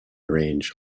range